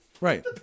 right